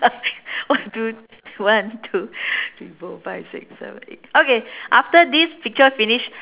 one two one two three four five six seven eight okay after this picture finish